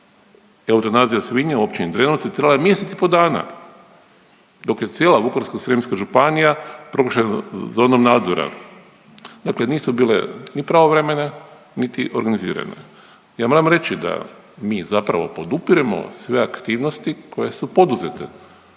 Eutanazija svinja u općini Drenovci trajala je mjesec i pol dana dok je cijela Vukovarsko-srijemska županija proglašena zonom nadzora. Dakle nisu bile ni pravovremene, niti organizirane. Ja moram reći da mi zapravo podupiremo sve aktivnosti koje su poduzete